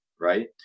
right